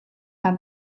kan